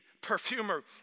perfumer